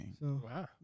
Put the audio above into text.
Wow